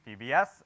PBS